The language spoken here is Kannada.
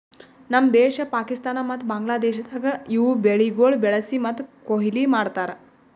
ನಮ್ ದೇಶ, ಪಾಕಿಸ್ತಾನ ಮತ್ತ ಬಾಂಗ್ಲಾದೇಶದಾಗ್ ಇವು ಬೆಳಿಗೊಳ್ ಬೆಳಿಸಿ ಮತ್ತ ಕೊಯ್ಲಿ ಮಾಡ್ತಾರ್